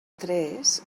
tres